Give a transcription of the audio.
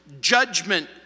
judgment